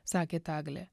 sakė taglė